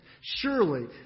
Surely